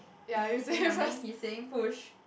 is he saying something he saying push